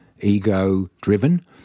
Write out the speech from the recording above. ego-driven